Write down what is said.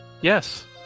Yes